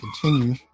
continue